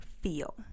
feel